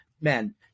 man